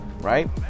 Right